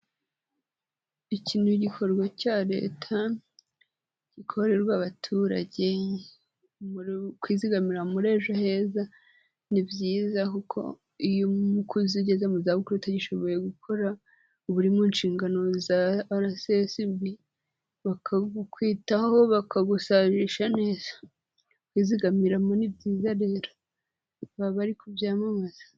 Iki ni igikorwa cya leta gikorerwa abaturage, kwizigamira muri ejo heza ni byiza kuko iyo umukozi ageze mu zabukuru utagishoboye gukora uba uri mu nshingano za RSSB bakabukwitaho, bakagusazisha neza, kwizigamiramo ni byiza rero, baba bari kubyamamaza.